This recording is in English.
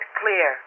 clear